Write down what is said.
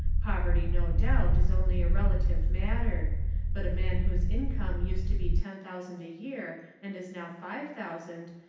poverty no doubt is only a relative matter but a man whose income used to be ten thousand a year and is now five thousand,